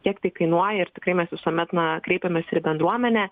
kiek tai kainuoja ir tikrai mes visuomet na kreipiames ir į bendruomenę